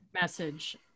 message